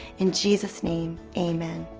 in jesus' name. amen.